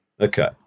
Okay